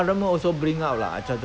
because not everybody got toy